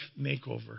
makeover